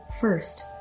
first